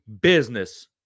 business